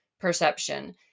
perception